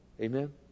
Amen